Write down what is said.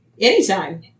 Anytime